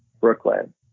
Brooklyn